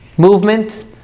Movement